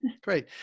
Great